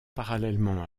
parallèlement